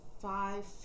five